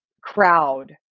crowd